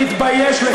תתבייש לך.